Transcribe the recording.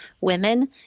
women